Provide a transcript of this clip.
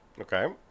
Okay